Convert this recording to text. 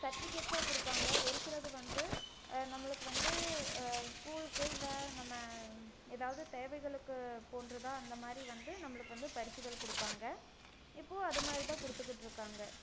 சர்டிவிகேட்ஸாக கொடுப்பாங்க ஒரு சிலது வந்து நம்மளுக்கு வந்து ஸ்கூலுக்கு இல்லை நம்ம எதாவது தேவைகளுக்கு போன்றதாக அந்த மாதிரி வந்து நம்மளுக்கு வந்து பரிசுகள் கொடுப்பாங்க இப்போவும் அது மாதிரிதான் கொடுத்துக்கிட்ருக்காங்க